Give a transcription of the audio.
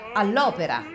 all'opera